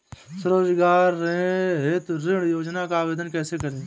स्वरोजगार हेतु ऋण योजना का आवेदन कैसे करें?